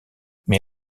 mais